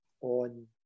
on